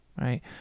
right